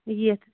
یِتھ